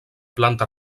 planta